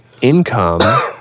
income